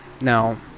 Now